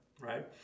right